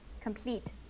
complete